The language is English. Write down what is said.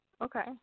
Okay